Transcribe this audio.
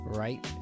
right